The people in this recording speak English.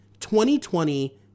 2020